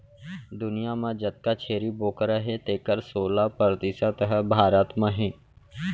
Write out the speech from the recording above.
दुनियां म जतका छेरी बोकरा हें तेकर सोला परतिसत ह भारत म हे